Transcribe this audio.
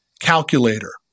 calculator